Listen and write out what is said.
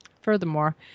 Furthermore